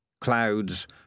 Clouds